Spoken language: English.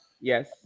Yes